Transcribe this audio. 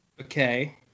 okay